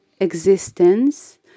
existence